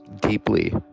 deeply